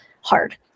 hard